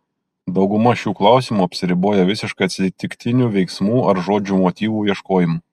dauguma šių klausimų apsiriboja visiškai atsitiktinių veiksmų ar žodžių motyvų ieškojimu